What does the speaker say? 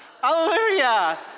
Hallelujah